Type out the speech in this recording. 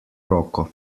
roko